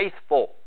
faithful